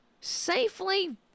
Safely